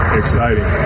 exciting